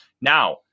Now